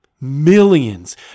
Millions